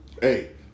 hey